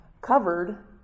Covered